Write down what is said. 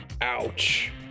Ouch